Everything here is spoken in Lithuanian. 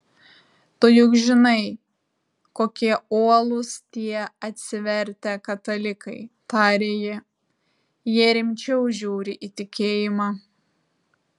tu juk žinai kokie uolūs tie atsivertę katalikai tarė ji jie rimčiau žiūri į tikėjimą